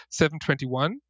721